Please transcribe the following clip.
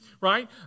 right